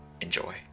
Enjoy